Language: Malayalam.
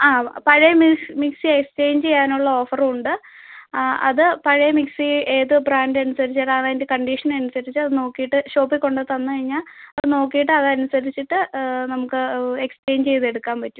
ആ പഴയ മിസ് മിക്സി എക്സ്ചേഞ്ച് ചെയ്യാനുള്ള ഓഫറും ഉണ്ട് അത് പഴയ മിക്സി ഏത് ബ്രാൻഡ് അനുസരിച്ചാണ് അത് അതിന്റെ കണ്ടീഷനിനസുരിച്ചത് നോക്കിയിട്ട് ഷോപ്പിൽ കൊണ്ടുത്തന്ന് കഴിഞ്ഞാൽ അത് നോക്കിയിട്ട് അതനുസരിച്ചിട്ട് നമുക്ക് എക്സ്ചേഞ്ച് ചെയ്തെടുക്കാൻ പറ്റും